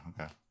okay